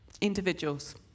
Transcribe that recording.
individuals